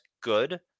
good